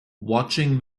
watching